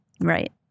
Right